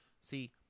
See